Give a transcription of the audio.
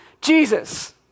Jesus